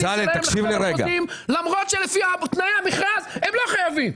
שלהם לחתום על חוזים למרות שלפי תנאי המכרז הם לא חייבים.